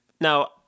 Now